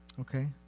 Okay